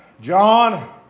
John